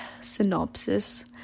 synopsis